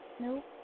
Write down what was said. Nope